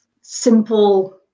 simple